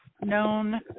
known